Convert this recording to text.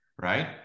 right